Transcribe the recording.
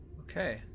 Okay